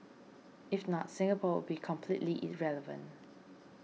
if not Singapore would be completely irrelevant